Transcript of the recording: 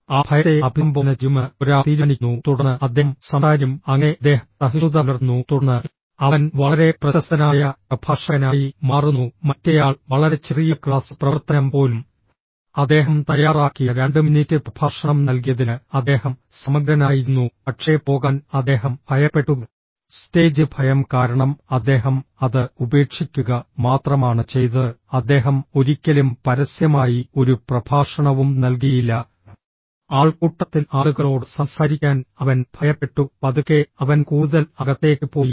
ആ ഭയത്തെ അഭിസംബോധന ചെയ്യുമെന്ന് ഒരാൾ തീരുമാനിക്കുന്നു തുടർന്ന് അദ്ദേഹം സംസാരിക്കും അങ്ങനെ അദ്ദേഹം സഹിഷ്ണുത പുലർത്തുന്നു തുടർന്ന് അവൻ വളരെ പ്രശസ്തനായ പ്രഭാഷകനായി മാറുന്നു മറ്റേയാൾ വളരെ ചെറിയ ക്ലാസ് പ്രവർത്തനം പോലും അദ്ദേഹം തയ്യാറാക്കിയ രണ്ട് മിനിറ്റ് പ്രഭാഷണം നൽകിയതിന് അദ്ദേഹം സമഗ്രനായിരുന്നു പക്ഷേ പോകാൻ അദ്ദേഹം ഭയപ്പെട്ടു സ്റ്റേജ് ഭയം കാരണം അദ്ദേഹം അത് ഉപേക്ഷിക്കുക മാത്രമാണ് ചെയ്തത് അദ്ദേഹം ഒരിക്കലും പരസ്യമായി ഒരു പ്രഭാഷണവും നൽകിയില്ല ആൾക്കൂട്ടത്തിൽ ആളുകളോട് സംസാരിക്കാൻ അവൻ ഭയപ്പെട്ടു പതുക്കെ അവൻ കൂടുതൽ അകത്തേക്ക് പോയി